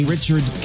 Richard